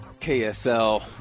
KSL